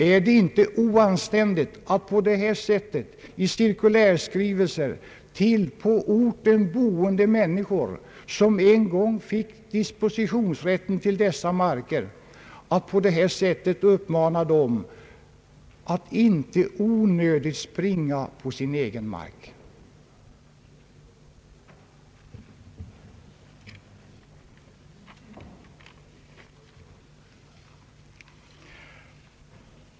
Är det inte oanständigt att man på detta sätt i cirkulärskrivelser till på orten boende människor som en gång har fått dispositionsrätten till de marker det här gäller uppmanar dem att inte onödigt springa på sin egen mark?